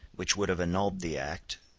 which would have annulled the act,